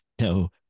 no